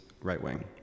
right-wing